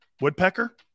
Woodpecker